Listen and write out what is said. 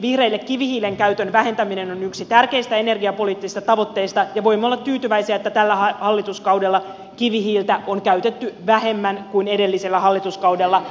vihreille kivihiilen käytön vähentäminen on yksi tärkeistä energiapoliittisista tavoitteista ja voimme olla tyytyväisiä että tällä hallituskaudella kivihiiltä on käytetty vähemmän kuin edellisellä hallituskaudella